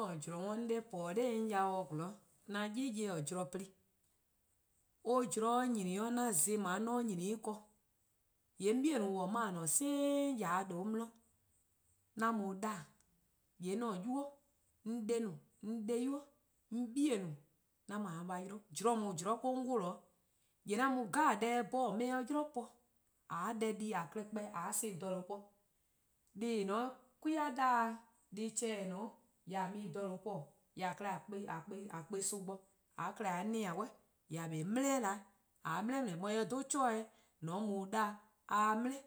'An 'we-eh 'on 'de po 'on dha yao 'zorn 'on ye-dih-a zorn plu+ or zorn or 'nyni 'o 'an zon+ :dao :mor 'on nyni 'o eh ken, :yee' 'on 'bei' :on :ne 'on :ne-a same yard :due' 'di :yee' 'an mu-uh 'da-a', :yee' 'an 'nynuu:, 'on 'de 'i, 'an 'de-di'-a 'i, 'on 'bei', 'an mu-a 'o a 'yle 'we-eh :daa eh-: 'on 'wluh-dih'. :yee' 'an mu deh 'jeh-dih 'bhorn 'on 'ye-eh 'de 'yli po :a 'ye deh di :a klehkpeh :a 'ye son+ :dha :due' po. Deh+ :en :ne-a 'o 'kwi-a da-dih-a deh+-cheh' :en :ne-a 'o, :a mu :dha :due' :po :yee' :a klehkpeh :a kpa-ih son bo, :a klehkpeh :mor :a 'na-ih-a 'suh, :yee' :a 'kpa 'o dele: 'da 'weh. :mor :a dele: :deleee: :eh 'beh 'chore-nyor+ :an mu 'da 'o a 'ye dele: